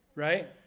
Right